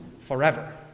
forever